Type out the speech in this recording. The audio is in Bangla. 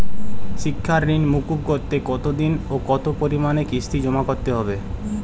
শিক্ষার ঋণ মুকুব করতে কতোদিনে ও কতো পরিমাণে কিস্তি জমা করতে হবে?